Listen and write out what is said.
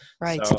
right